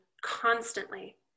constantly